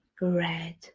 Red